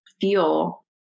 feel